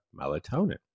melatonin